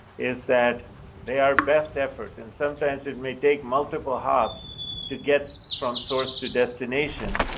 is that they are best effort, and sometimes, it may take multiple hops to get from source to destination.